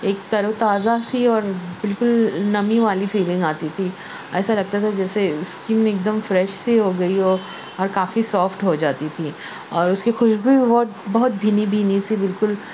ایک تر و تازہ سی اور بالکل نمی والی فیلنگ آتی تھی ایسا لگتا تھا جیسے اسکن ایک دم فریش سی ہوگئی ہو اور کافی سوفٹ ہو جاتی تھی اور اس کی خوشبو بہت بہت بھینی بھینی سی بالکل